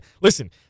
Listen